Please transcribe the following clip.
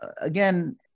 again